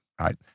right